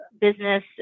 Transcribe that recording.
business